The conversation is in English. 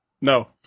No